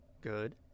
good